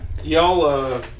Y'all